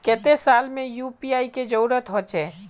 केते साल में यु.पी.आई के जरुरत होचे?